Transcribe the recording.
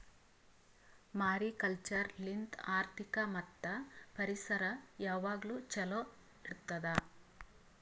mariculture ಲಿಂತ್ ಆರ್ಥಿಕ ಮತ್ತ್ ಪರಿಸರ ಯಾವಾಗ್ಲೂ ಛಲೋ ಇಡತ್ತುದ್